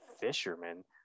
Fisherman